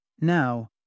Now